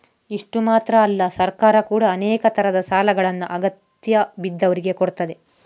ಇಷ್ಟು ಮಾತ್ರ ಅಲ್ಲ ಸರ್ಕಾರ ಕೂಡಾ ಅನೇಕ ತರದ ಸಾಲಗಳನ್ನ ಅಗತ್ಯ ಬಿದ್ದವ್ರಿಗೆ ಕೊಡ್ತದೆ